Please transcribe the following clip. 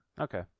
Okay